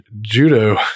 judo